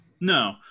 No